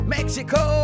Mexico